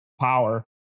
power